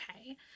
okay